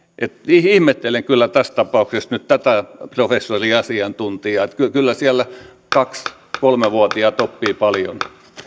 ihmettelen kyllä tässä tapauksessa nyt tätä professori asiantuntijaa kyllä kyllä siellä kaksi viiva kolme vuotiaat oppivat paljon